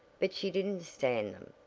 but she didn't stand them,